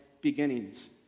beginnings